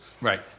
Right